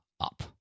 up